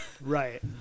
Right